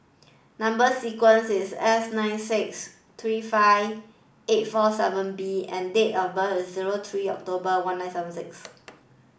number sequence is S nine six three five eight four seven B and date of birth is zero three October one nine seven six